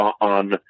on